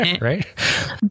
right